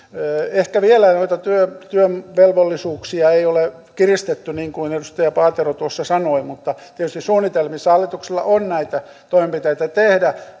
ehkä vielä noita työn työn velvollisuuksia ei ole kiristetty niin kuin edustaja paatero tuossa sanoi mutta tietysti suunnitelmissa hallituksella on näitä toimenpiteitä tehdä